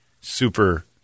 super